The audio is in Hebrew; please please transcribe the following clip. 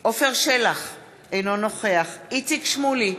עפר שלח, אינו נוכח איציק שמולי,